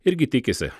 irgi tikisi